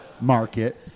market